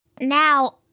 Now